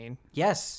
Yes